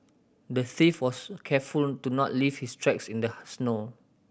the thief was careful to not leave his tracks in the snow